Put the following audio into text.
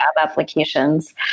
applications